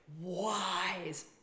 wise